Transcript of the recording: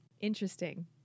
Interesting